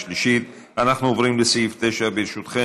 30 בעד, אין מתנגדים, אין נמנעים.